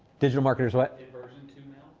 digital markers what? in version two